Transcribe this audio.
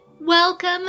Welcome